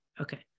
Okay